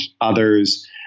others